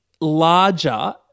larger